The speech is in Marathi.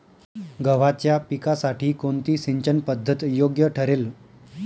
गव्हाच्या पिकासाठी कोणती सिंचन पद्धत योग्य ठरेल?